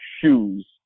shoes